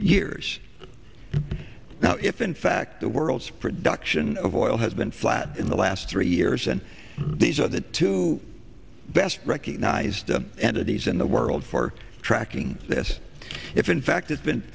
years now if in fact the world's production of oil has been flat in the last three years and these are the two best recognized entities in the world for tracking this if in fact it's been